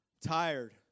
Tired